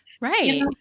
Right